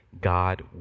God